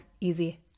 easy